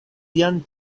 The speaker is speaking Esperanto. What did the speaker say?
jam